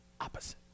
opposite